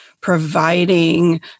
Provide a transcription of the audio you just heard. providing